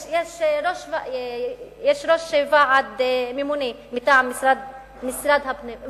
יש ראש ועד ממונה מטעם משרד הפנים.